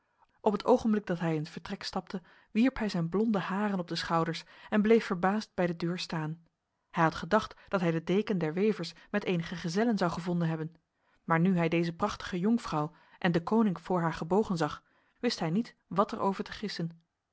op het ogenblik dat hij in het vertrek stapte wierp hij zijn blonde haren op de schouders en bleef verbaasd bij de deur staan hij had gedacht dat hij de deken der wevers met enige gezellen zou gevonden hebben maar nu hij deze prachtige jonkvrouw en deconinck voor haar gebogen zag wist hij niet wat er over te gissen